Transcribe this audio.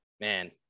man